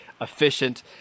efficient